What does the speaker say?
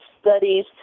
studies